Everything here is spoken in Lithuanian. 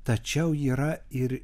tačiau yra ir